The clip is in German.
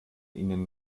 ihnen